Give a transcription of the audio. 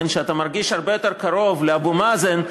שאתה מרגיש הרבה יותר קרוב לאבו מאזן,